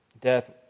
Death